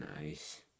Nice